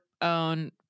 own